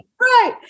Right